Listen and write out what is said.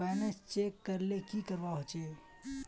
Balance check करले की करवा होचे?